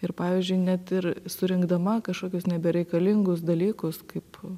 ir pavyzdžiui net ir surinkdama kažkokius nebereikalingus dalykus kaip